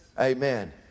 amen